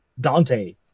Dante